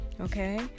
okay